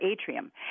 atrium